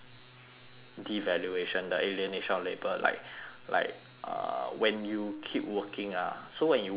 devaluation the alienation of labour like like uh when you keep working ah so when you work on a product